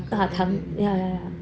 ya ya ya